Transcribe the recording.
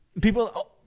People